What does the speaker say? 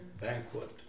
banquet